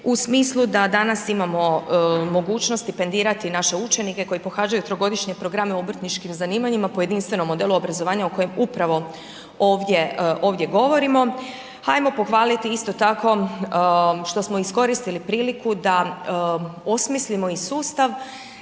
u smisli da danas imamo mogućnosti stipendirati naše učenike koji pohađaju trogodišnje programe u obrtničkim zanimanjima po jedinstvenom modelu obrazovanja o kojem upravo ovdje govorimo. Hajmo pohvaliti isto tako, što smo iskoristili priliku da osmislimo i sustav